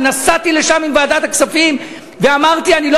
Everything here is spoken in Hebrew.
אני נסעתי לשם עם ועדת הכספים ואמרתי: אני לא